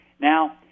now